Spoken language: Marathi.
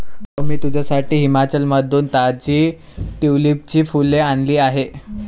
भाऊ, मी तुझ्यासाठी हिमाचलमधून ताजी ट्यूलिपची फुले आणली आहेत